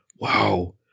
Wow